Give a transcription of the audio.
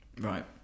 Right